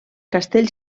castell